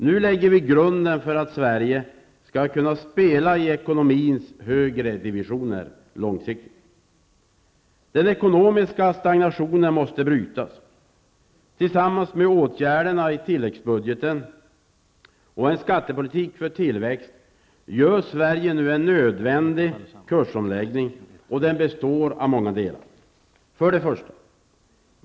Nu lägger vi grunden för att Sverige skall kunna spela i ekonomins högre divisioner. Den ekonomiska stagnationen måste brytas. Med åtgärderna i tilläggsbudgeten och en skattepolitik för tillväxt gör Sverige nu en nödvändig kursomläggning. Den består av många delar: 1.